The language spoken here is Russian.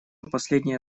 последнее